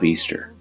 Easter